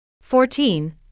Fourteen